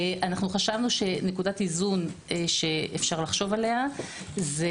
חשבנו שנקודת איזון שאפשר לחשוב עליה זה